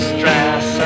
Stress